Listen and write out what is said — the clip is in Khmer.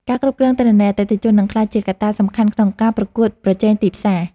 ការគ្រប់គ្រងទិន្នន័យអតិថិជន នឹងក្លាយជាកត្តាសំខាន់ក្នុងការប្រកួតប្រជែងទីផ្សារ។